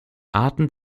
arten